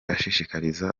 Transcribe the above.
ashishikariza